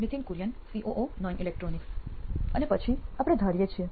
Nithin Kurian COO નોઇન electronics અને પછી આપણે ધારીએ છીએ